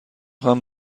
خواهم